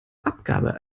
abgabe